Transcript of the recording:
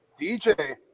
DJ